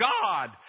God